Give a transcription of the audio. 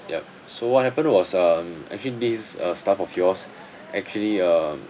yup so what happened was um actually this uh staff of yours actually um